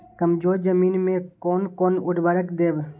कमजोर जमीन में कोन कोन उर्वरक देब?